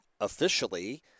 officially